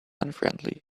unfriendly